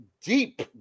deep